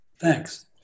Thanks